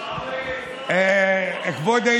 וחשבתי